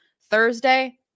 Thursday